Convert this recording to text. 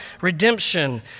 redemption